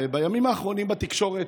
ובימים האחרונים בתקשורת,